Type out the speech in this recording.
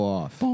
off